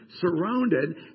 surrounded